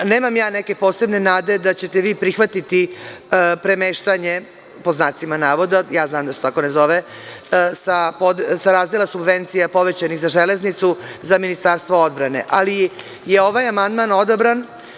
Nemam ja neke posebne nade da ćete vi prihvatiti „premeštanje“, ja znam da se to tako ne zove, sa razdela subvencija povećanih za Železnicu za Ministarstvo odbrane, ali je ovaj amandman odabran.